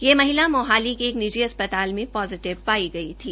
यह महिला मोहाली के एक निजी अस्पताल में पोजिटिव पाइ गई थी